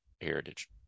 heritage